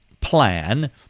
plan